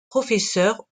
professeur